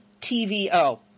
TVO